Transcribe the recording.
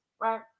right